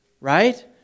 right